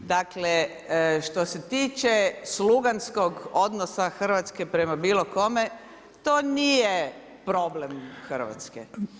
Dakle što se tiče sluganskog odnosa Hrvatske prema bilo kome to nije problem Hrvatske.